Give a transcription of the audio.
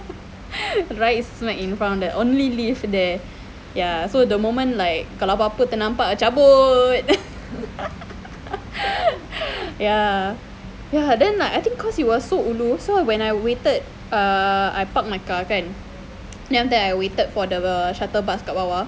right smack in front of the only lift there ya so the moment like kalau apa-apa ternampak cabut ya ya then like I think cause it was so ulu so when I waited a I parked my car kan then after that I waited for the shuttle bus kat bawah